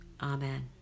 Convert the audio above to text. Amen